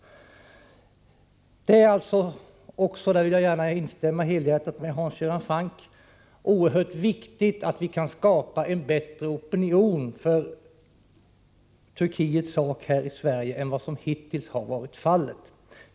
Det är alltså oerhört viktigt, i fråga om detta vill jag gärna instämma helhjärtat i det som Hans Göran Franck sade, att vi kan skapa en starkare opinion för Turkiets sak här i Sverige än vad som hittills varit fallet.